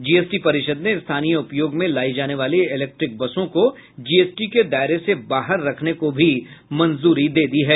GST परिषद ने स्थानीय उपयोग में लाई जाने वाली इलेक्ट्रिक बसों को जीएसटी के दायरे से बाहर रखने को भी मंजूरी दे दी है